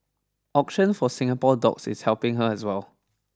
auction for Singapore dogs is helping her as well